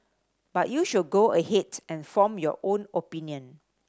but you should go ahead and form your own opinion